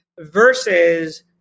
versus